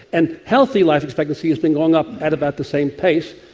and healthy life expectancy has been going up at about the same pace.